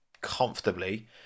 comfortably